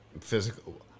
physical